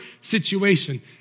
situation